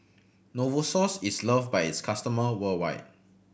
Novosource is loved by its customer worldwide